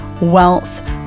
wealth